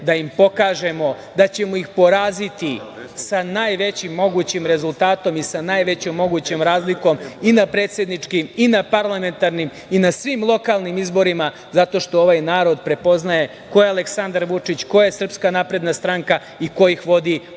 da im pokažemo da ćemo ih poraziti sa najvećim mogućim rezultatom i sa najvećom mogućom razlikom, i na predsedničkim i na parlamentarnim i na svim lokalnim izborima zato što ovaj narod prepoznaje ko je Aleksandar Vučić, ko je SNS i ko ih vodi u